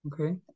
Okay